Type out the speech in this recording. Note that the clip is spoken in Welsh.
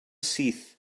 syth